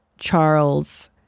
Charles